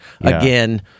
again